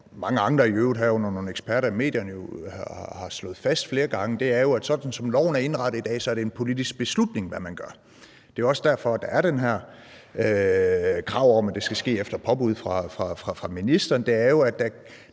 herunder nogle eksperter i medierne, har slået fast flere gange, er jo, at sådan som loven er indrettet i dag, er det en politisk beslutning, hvad man gør. Det er også derfor, at der er det her krav om, at det skal ske efter påbud fra ministeren.